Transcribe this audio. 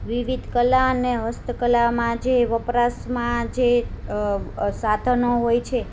વિવિધ કલા અને હસ્તકલામાં જે વપરાશમાં જે સાધનો હોય છે